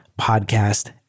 podcast